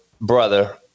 brother